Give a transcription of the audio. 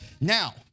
Now